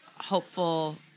hopeful